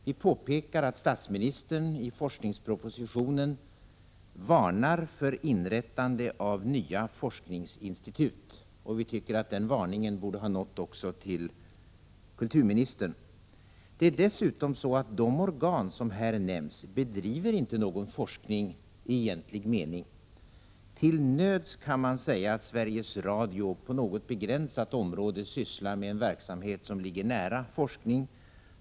Vi påpekar att statsministern i forskningspropositionen varnar för inrättande av nya forskningsinstitut, och vi tycker att den varningen också borde ha nått kulturministern. De organ som här nämns bedriver dessutom inte någon forskning i egentlig mening. Till nöds kan man säga att Sveriges Radio på något begränsat område sysslar med en verksamhet som ligger nära forskning.